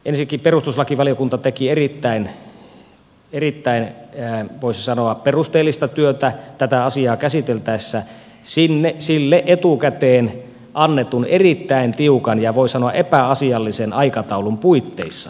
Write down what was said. ensinnäkin perustuslakivaliokunta teki erittäin voisi sanoa perusteellista työtä tätä asiaa käsiteltäessä sille etukäteen annetun erittäin tiukan ja voi sanoa epäasiallisen aikataulun puitteissa